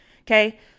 okay